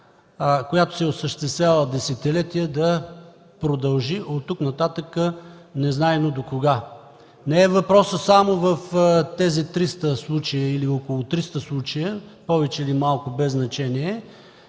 която се осъществява десетилетия, да продължи от тук нататък и незнайно докога. Въпросът не е само в тези 300 случая, или около 300 случая – повече или по-малко, без значение.